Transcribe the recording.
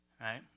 right